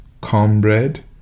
cornbread